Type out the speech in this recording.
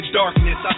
darkness